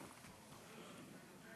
ההצעה להעביר